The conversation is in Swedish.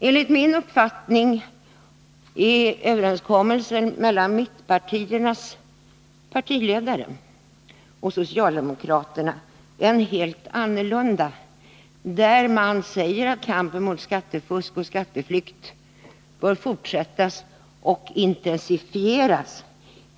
Enligt min mening är överenskommelsen mellan mittpartiernas partiledare och socialdemokraterna helt annorlunda. Där säger man att kampen mot skattefusk och skatteflykt bör fortsättas och intensifieras.